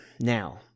now